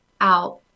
out